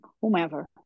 whomever